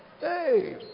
Hey